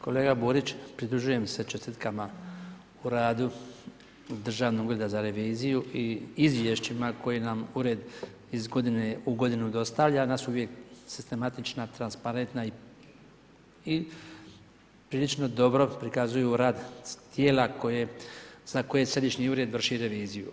Kolega Borić pridružujem se čestitkama o radu Državnog ureda za reviziju i izvješćima koji nam ured iz godine u godinu dostavlja nas uvijek sistematična, transparentna i prilično dobro prikazuju rad tijela za koje središnji ured vrši reviziju.